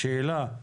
השאלה היא